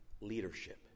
leadership